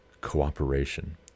cooperation